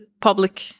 public